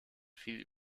fiel